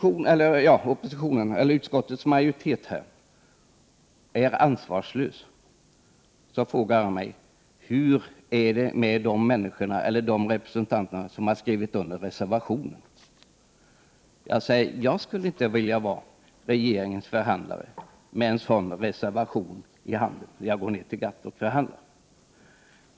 Om utskottets majoritet är ansvarslös, undrar jag hur det förhåller sig med de representanter som har skrivit reservationen. Jag skulle inte vilja vara regeringens förhandlare och ha en sådan reservation i handen när jag skall förhandla med GATT.